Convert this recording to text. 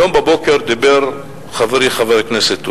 היום בבוקר דיבר חברי חבר הכנסת.